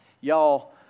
Y'all